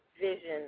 vision